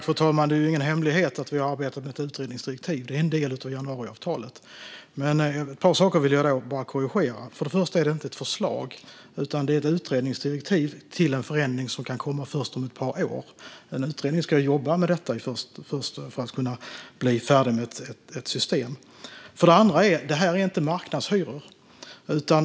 Fru talman! Det är ingen hemlighet att vi har arbetat med ett utredningsdirektiv. Det är en del av januariavtalet. Men jag vill korrigera ett par saker. För det första är detta inte ett förslag utan ett utredningsdirektiv till en förändring som kan komma först om ett par år. En utredning ska jobba med detta först för att bli färdig med ett system. För det andra handlar detta inte om marknadshyror.